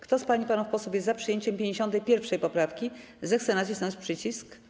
Kto z pań i panów posłów jest za przyjęciem 51. poprawki, zechce nacisnąć przycisk.